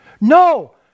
No